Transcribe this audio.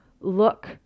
look